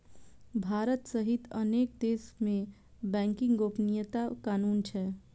भारत सहित अनेक देश मे बैंकिंग गोपनीयता कानून छै